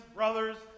brothers